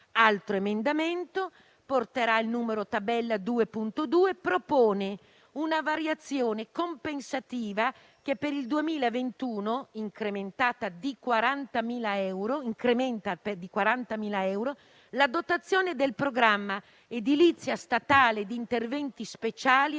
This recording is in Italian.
L'emendamento 1.Tab.2.2 propone una variazione compensativa che, per il 2021, incrementa di 40.000 euro la dotazione del programma «Edilizia statale di interventi speciali